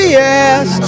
yes